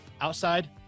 outside